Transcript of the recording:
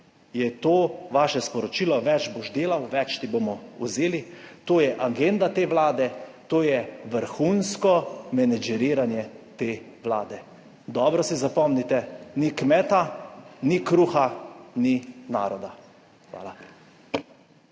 Je to vaše sporočilo, več boš delal, več ti bomo vzeli? To je agenda te Vlade, to je vrhunsko menedžiranje te Vlade. Dobro si zapomnite: »Ni kmeta, ni kruha, ni naroda.« Hvala.